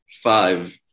five